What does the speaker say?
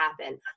happen